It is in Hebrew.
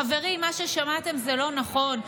חברים, מה ששמעתם זה לא נכון.